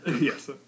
yes